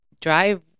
Drive